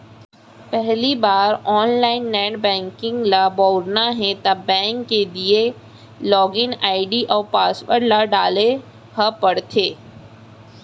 पहिली बार online net banking ल बउरना हे त बेंक के दिये लॉगिन आईडी अउ पासवर्ड ल डारे ल परथे